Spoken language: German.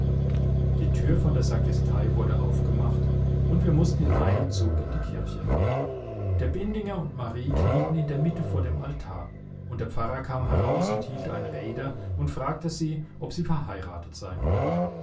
die tür von der sakristei wurde aufgemacht und wir mußten in einem zug in die kirche der bindinger und marie knieten in der mitte vor dem altar und der pfarrer kam heraus und hielt eine rede und fragte sie ob sie verheiratet sein wollen